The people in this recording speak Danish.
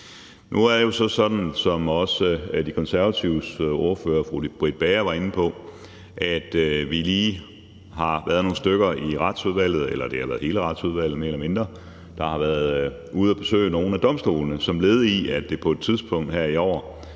Nu er det jo så sådan, som også De Konservatives ordfører, fru Britt Bager, var inde på, at vi i Retsudvalget – mere eller mindre hele Retsudvalget – lige har været ude at besøge nogle af domstolene som led i, at det på et tidspunkt her i år